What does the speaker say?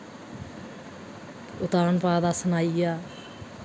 उतानपाद आसन आई गेआ